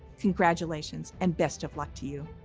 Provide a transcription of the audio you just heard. congratulations and best of luck to you!